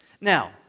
Now